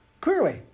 clearly